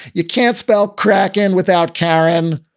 you can't spell cracken without karen.